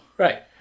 Right